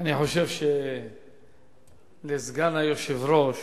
אני חושב שלסגן היושב-ראש